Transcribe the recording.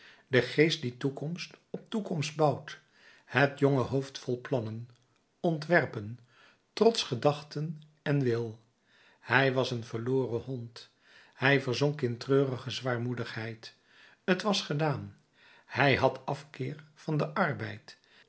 de geest die toekomst op toekomst bouwt het jonge hoofd vol plannen ontwerpen trots gedachten en wil hij was een verloren hond hij verzonk in treurige zwaarmoedigheid t was gedaan hij had afkeer van den arbeid